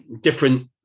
different